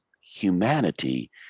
humanity